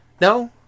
No